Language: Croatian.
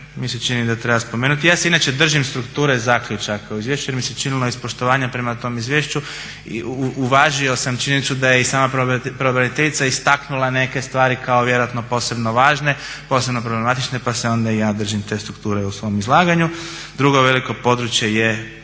mi se čini da treba spomenuti, ja se inače držim strukture zaključaka u izvješću jer mi se činilo iz poštovanja prema tom izvješću i uvažio sam činjenicu da je i sama pravobraniteljica istaknula neke stvari kao vjerojatno posebno važne, posebno problematične pa se onda i ja držim te strukture u svom izlaganju. Drugo veliko područje je